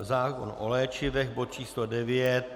Zákon o léčivech, bod číslo 9.